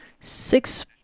Six